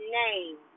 name